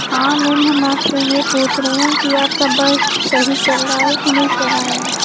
हाँ मैम जी मैं तो ये पूछ रही हूँ कि आपका बस सही चल रहा है कि नहीं चल रहा है